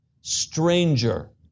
stranger